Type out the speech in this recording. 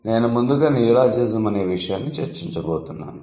నేను ముందుగా నియోలాజిజం అనే విషయాన్ని చర్చించబోతున్నాను